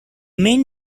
main